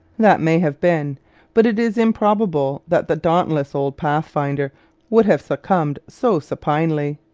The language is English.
that may have been but it is improbable that the dauntless old pathfinder would have succumbed so supinely.